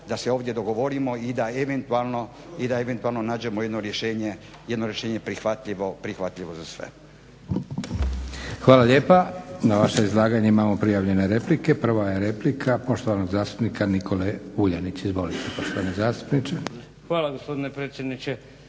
da se ovdje dogovorimo i da eventualno nađemo jedno rješenje prihvatljivo za sve. **Leko, Josip (SDP)** Hvala lijepa. Na vaše izlaganje imamo prijavljene replike. Prva je replika poštovanog zastupnika Nikole Vuljanića. Izvolite poštovani zastupniče. **Vuljanić,